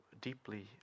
deeply